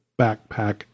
backpack